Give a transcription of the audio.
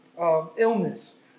illness